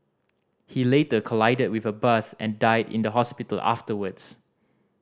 he later collided with a bus and died in the hospital afterwards